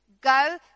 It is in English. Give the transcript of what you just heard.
Go